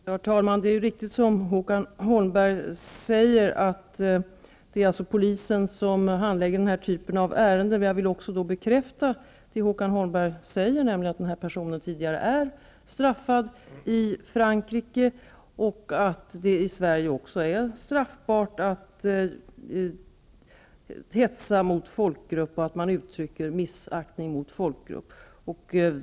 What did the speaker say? Herr talman! Det är riktigt som Håkan Holmberg säger att det är polisen som handlägger den här typen av ärenden. Jag vill också bekräfta det Håkan Holmberg säger om att den här personen tidigare är straffad i Frankrike. Det är också straffbart i Sverige att hetsa mot folkgrupp och att uttrycka missakt ning mot folkgrupp.